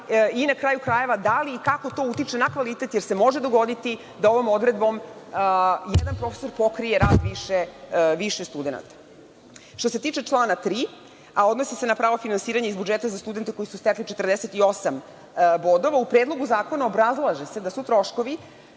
i, na kraju krajeva, da li i kako to utiče na kvalitet jer se može dogoditi da ovom odredbom jedan profesor pokrije rad više studenata? Što se tiče člana 3, a odnosi se na pravo finansiranja iz budžeta za studente koji su stekli 48 bodova u Predlogu zakona obrazlaže se da su troškovi